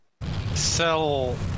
Sell